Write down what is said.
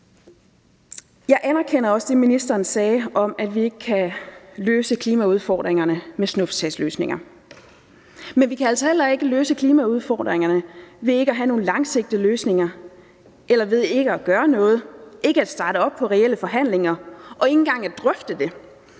Jeg anerkender også det, ministeren sagde om, at vi ikke kan løse klimaudfordringerne med snuptagsløsninger, men vi kan altså heller ikke løse klimaudfordringerne ved ikke at have nogle langsigtede løsninger eller ved ikke at gøre noget, ved ikke at starte op på reelle forhandlinger og ikke engang drøfte det.